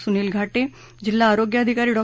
सुनिल घा ी जिल्हा आरोग्य अधिकारी डॉ